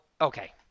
okay